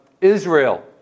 Israel